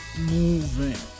moving